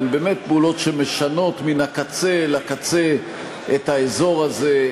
הן באמת פעולות שמשנות מן הקצה אל הקצה את האזור הזה,